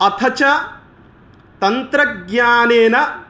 अथ च तन्त्रज्ञानेन